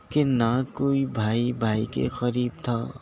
کہ نہ کوئی بھائی بھائی کے قریب تھا